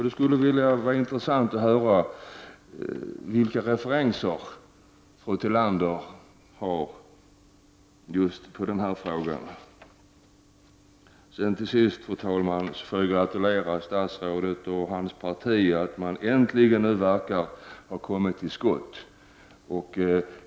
Det skulle vara intressant att höra vilken referens fru Tillander har i denna fråga. Till sist, fru talman, vill jag gratulera statsrådet och hans parti till att man nu äntligen verkar ha kommit till skott.